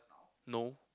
no